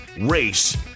race